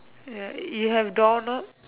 ya you have door knob